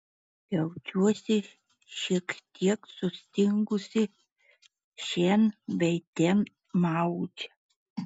jaučiuosi šiek tiek sustingusi šen bei ten maudžia